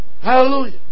Hallelujah